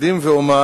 אקדים ואומר